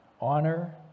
honor